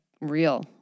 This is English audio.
real